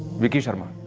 vicky sharma.